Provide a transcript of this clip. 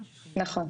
נכון.